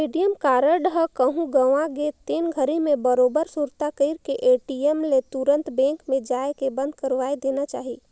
ATM card ह कहूँ गवा गे तेन घरी मे बरोबर सुरता कइर के ए.टी.एम ले तुंरत बेंक मे जायके बंद करवाये देना चाही